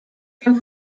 from